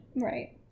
Right